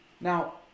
Now